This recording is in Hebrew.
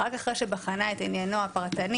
ורק אחרי שהיא בחנה את עניינו הפרטני